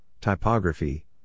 typography